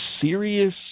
serious